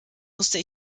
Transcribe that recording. musste